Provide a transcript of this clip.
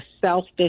selfish